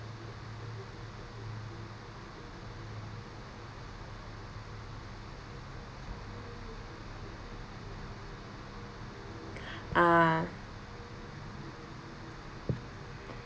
ah